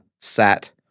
sat –